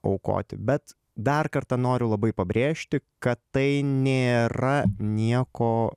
aukoti bet dar kartą noriu labai pabrėžti kad tai nėra nieko